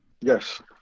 Yes